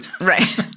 Right